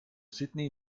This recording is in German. sydney